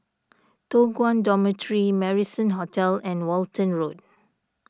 Toh Guan Dormitory Marrison Hotel and Walton Road